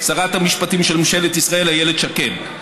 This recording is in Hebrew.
שרת המשפטים של ממשלת ישראל איילת שקד.